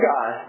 God